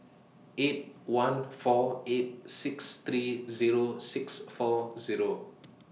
eight one four eight six three Zero six four Zero